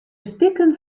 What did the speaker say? stikken